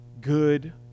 good